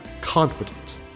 confident